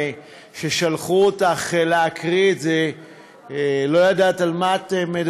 חברת הכנסת עאידה תומא סלימאן,